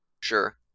Sure